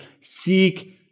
Seek